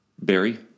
Barry